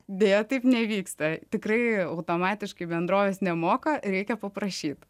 deja taip nevyksta tikrai automatiškai bendrovės nemoka reikia paprašyt